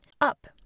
Up